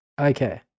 Okay